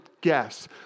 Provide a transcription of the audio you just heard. guess